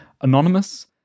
anonymous